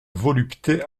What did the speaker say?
volupté